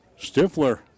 Stifler